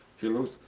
he looks,